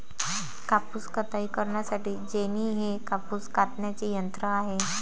कापूस कताई करण्यासाठी जेनी हे कापूस कातण्याचे यंत्र आहे